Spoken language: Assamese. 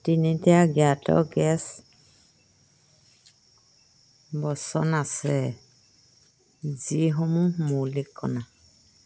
তিনিটা জ্ঞাত গেছ বচন আছে যিসমূহ মৌলিক কণা